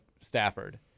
Stafford